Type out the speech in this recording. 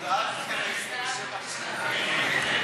לסעיף 2 לא נתקבלה.